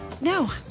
No